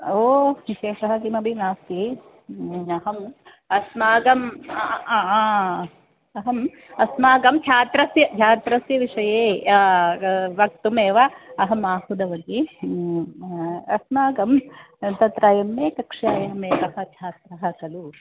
ओ विशेषः किमपि नास्ति अहम् अस्माकम् अहम् अस्माकं छात्रस्य छात्रस्य विषये वक्तुमेव अहम् आहुतवती अस्माकं तत्र एम्मे कक्षायाम् एकः छात्रः खलु